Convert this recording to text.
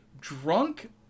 drunk